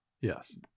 Yes